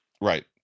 Right